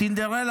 סינדרלה,